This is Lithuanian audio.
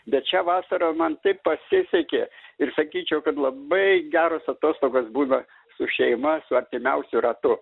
bet šią vasarą man taip pasisekė ir sakyčiau kad labai geros atostogos būna su šeima su artimiausiu ratu